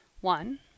one